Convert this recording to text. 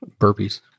burpees